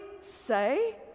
say